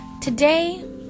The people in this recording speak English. Today